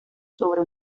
sobre